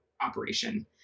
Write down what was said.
operation